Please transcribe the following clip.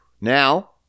Now